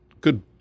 good